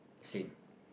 same